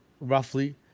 roughly